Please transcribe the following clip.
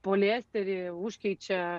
poliesterį užkeičia